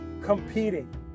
competing